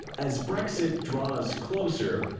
as brexit draws closer,